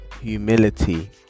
humility